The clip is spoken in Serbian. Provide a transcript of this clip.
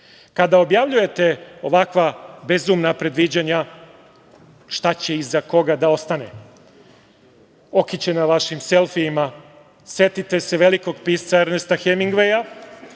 kada objavljujete ovakva bezumna predviđanja šta će iza koga da ostane, okićena vašim selfijima, setite se velikog pisca Ernesta Hemingveja